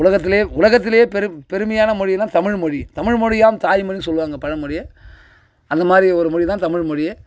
உலகத்தில் உலகத்தில் பெரும் பெருமையான மொழின்னா தமிழ் மொழி தமிழ் மொழியாம் தாய்மொழின்னு சொல்லுவாங்க பழமொழி அந்த மாதிரி ஒரு மொழி தான் தமிழ் மொழி